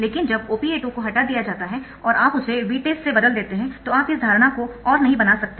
लेकिन जब OPA 2 को हटा दिया जाता है और आप उसे Vtest से बदल देते है तो आप इस धारणा को और नहीं बना सकते